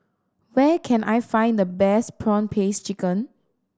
where can I find the best prawn paste chicken